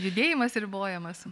judėjimas ribojamas